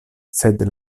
sed